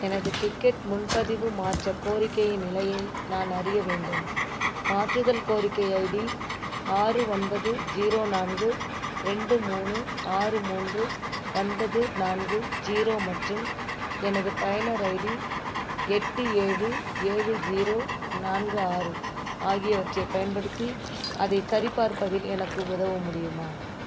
எனது டிக்கெட் முன் பதிவு மாற்றக் கோரிக்கையின் நிலையை நான் அறிய வேண்டும் மாற்றுதல் கோரிக்கை ஐடி ஆறு ஒன்பது ஜீரோ நான்கு ரெண்டு மூணு ஆறு மூன்று ஒன்பது நான்கு ஜீரோ மற்றும் எனது பயனர் ஐடி எட்டு ஏழு ஏழு ஜீரோ நான்கு ஆறு ஆகியவற்றைப் பயன்படுத்தி அதை சரிப் பார்ப்பதில் எனக்கு உதவ முடியுமா